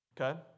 Okay